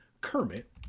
Kermit